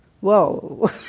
Whoa